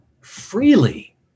freely